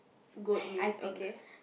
goat meat okay